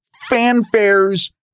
fanfares